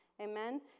Amen